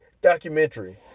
documentary